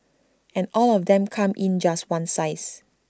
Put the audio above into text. and all of them come in just one size